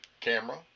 camera